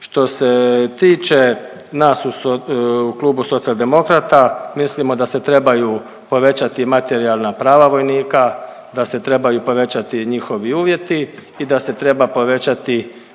Što se tiče nas u Klubu Socijaldemokrata mislimo da se trebaju povećati materijalna prava vojnika, da se trebaju povećati njihovi uvjeti i da se treba povećati